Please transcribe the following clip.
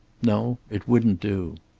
no, it wouldn't do.